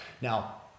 now